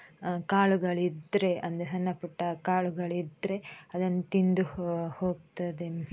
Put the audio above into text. ಕಾಳುಗಳಿದ್ದರೆ ಅಂದರೆ ಸಣ್ಣ ಪುಟ್ಟ ಕಾಳುಗಳಿದ್ದರೆ ಅದನ್ನು ತಿಂದು ಹೋಗ್ತದೆ